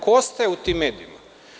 Ko ostaje u tim medijima?